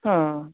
हां